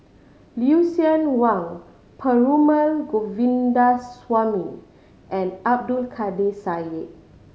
Lucien Wang Perumal Govindaswamy and Abdul Kadir Syed